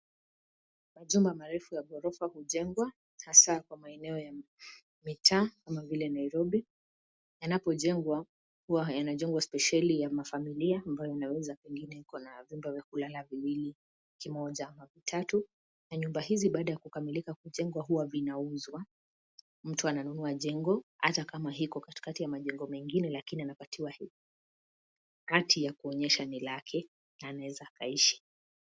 Majumba marefu ya gorofa hujengwa, hasa kwa maeneo ya mitaa kama vile Nairobi. Yanapojengwa huwa yanajengwa spesheli ya familia ambayo inaweza pengine iko na vyumba vya kulala viwili, kimoja au tatu. Na nyumba hizi baada ya kukamilika kujengwa, huwa vinauzwa. Mtu ananunua jengo hata kama iko katikati ya majengo mengine, lakini anapatiwa hati ya kuonyesha ni lake na anaweza kuishi.